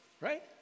Right